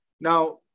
Now